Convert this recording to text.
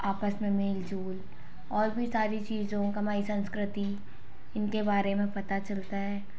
आपस में मेल जोल और भी सारी चीज़ों का हमारी संस्कृति इनके बारे में पता चलता है